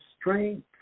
strength